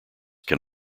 can